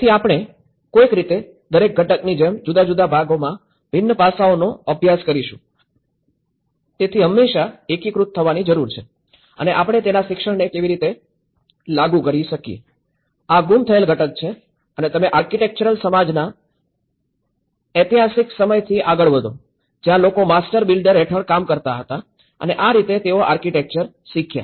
તેથી આપણે કોઈક રીતે દરેક ઘટકની જેમ જુદા જુદા ભાગોમાં ભિન્ન પાસાઓનો અભ્યાસ કરીશું તેથી હંમેશાં એકીકૃત થવાની જરૂર છે અને આપણે તેના શિક્ષણને કેવી રીતે લાગુ કરી શકીયે આ ગુમ થયેલ ઘટક છે અને તમે આર્કિટેક્ચરલ સમજના ઐતિહાસિક સમયથી આગળ વધો જ્યાં લોકો માસ્ટર બિલ્ડર હેઠળ કામ કરતા હતા અને આ રીતે તેઓ આર્કિટેક્ચર શીખ્યા